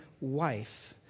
wife